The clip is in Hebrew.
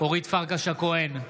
אורית פרקש הכהן,